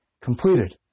completed